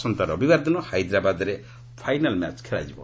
ଆସନ୍ତା ରବିବାର ଦିନ ହାଇଦ୍ରାବାଦରେ ଫାଇନାଲ ମ୍ୟାଚ୍ ଖେଳାଯିବ